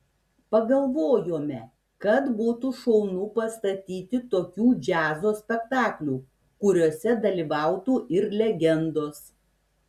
pagalvojome kad būtų šaunu pastatyti tokių džiazo spektaklių kuriuose dalyvautų ir legendos